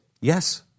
Yes